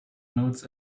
nodes